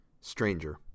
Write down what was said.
Stranger